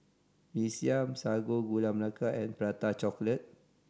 Mee Siam Sago Gula Melaka and Prata Chocolate